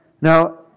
Now